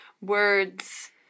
words